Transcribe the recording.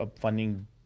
funding